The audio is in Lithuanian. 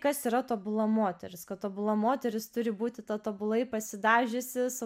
kas yra tobula moteris kad tobula moteris turi būti ta tobulai pasidažiusi su